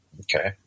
Okay